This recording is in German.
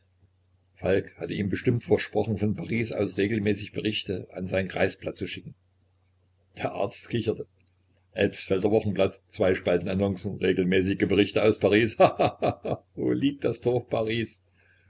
falk hatte ihm bestimmt versprochen von paris aus regelmäßige berichte an sein kreisblatt zu schicken der arzt kicherte elbsfelder wochenblatt zwei spalten annoncen regelmäßige berichte aus paris ha ha hah wo liegt das dorf paris